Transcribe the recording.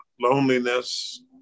loneliness